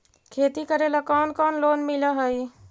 खेती करेला कौन कौन लोन मिल हइ?